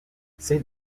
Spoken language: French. ces